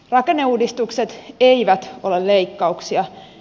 rakenneuudistukset eivät ole leikkauksia